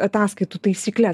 ataskaitų taisykles